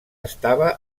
estava